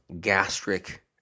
gastric